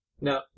Now